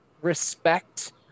respect